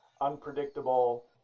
unpredictable